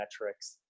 metrics